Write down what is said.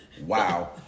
Wow